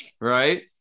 right